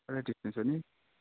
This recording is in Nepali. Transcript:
रहेछ नि